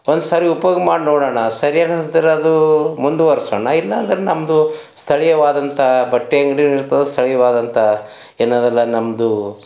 ಒಂದ್ಸರಿ ಉಪಯೋಗ ಮಾಡಿ ನೋಡೋಣ ಸರಿ ಅನ್ಸಿದ್ರೆ ಅದೂ ಮುಂದುವರ್ಸೋಣ ಇಲ್ಲ ಅಂದ್ರೆ ನಮ್ಮದು ಸ್ಥಳೀಯವಾದಂತಹ ಬಟ್ಟೆ ಅಂಗಡಿನೂ ಇರ್ತದೆ ಸ್ಥಳೀಯವಾದಂಥ ಏನಂದ್ರೆ ನಮ್ಮದು